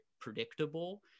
predictable